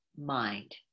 mind